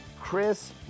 Chris